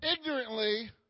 ignorantly